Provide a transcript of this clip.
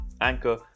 anchor